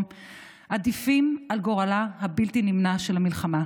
עדיפים על גורלה הבלתי-נמנע של המלחמה.